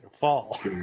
Fall